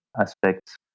aspects